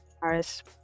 Paris